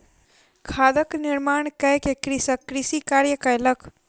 खादक निर्माण कय के कृषक कृषि कार्य कयलक